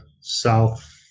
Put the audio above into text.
South